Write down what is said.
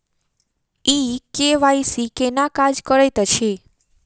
ई KYC केना काज करैत अछि?